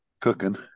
cooking